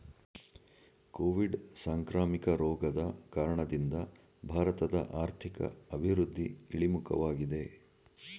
Covid ಸಾಂಕ್ರಾಮಿಕ ರೋಗದ ಕಾರಣದಿಂದ ಭಾರತದ ಆರ್ಥಿಕ ಅಭಿವೃದ್ಧಿ ಇಳಿಮುಖವಾಗಿದೆ